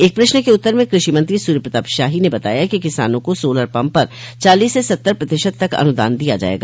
एक प्रश्न के उत्तर में कृषि मंत्री सूर्य प्रताप शाही ने बताया कि किसानों को सोलर पम्प पर चालीस से सत्तर प्रतिशत तक अनुदान दिया जायेगा